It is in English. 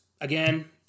Again